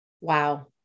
Wow